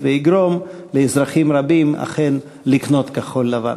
ויגרום לאזרחים רבים אכן לקנות כחול-לבן.